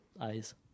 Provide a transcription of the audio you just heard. eyes